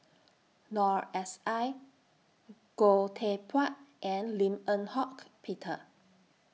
Noor S I Goh Teck Phuan and Lim Eng Hock Peter